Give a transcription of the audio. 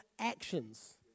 actions